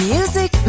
Music